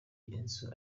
inzu